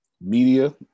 Media